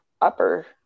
upper